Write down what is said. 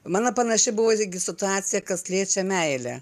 mano panaši buvo irgi situacija kas liečia meilę